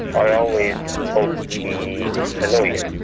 i always be a lawyer.